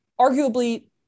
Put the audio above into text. arguably